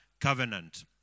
covenant